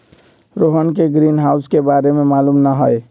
रोहन के ग्रीनहाउस के बारे में मालूम न हई